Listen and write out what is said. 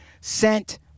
sent